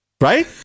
Right